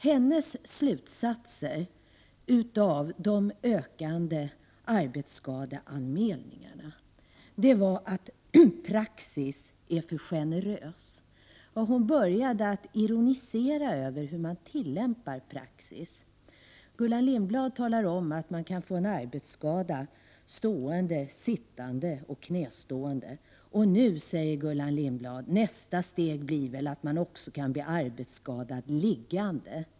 Hennes slutsatser av de ökande arbetsskadeanmälningarna var att praxis är för generös. Hon började att ironisera över hur man tillämpar praxis. Gullan Lindblad talade om att man kan få en arbetsskada stående, sittande och gående. Och nu, säger Gullan Lindblad: Nästa steg blir väl att man kan bli arbetsskadad också liggande.